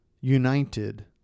united